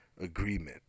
agreement